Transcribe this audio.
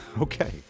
Okay